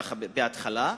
כך בהתחלה,